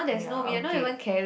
ya okay